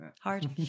hard